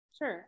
Sure